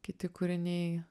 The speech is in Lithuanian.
kiti kūriniai